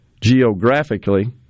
geographically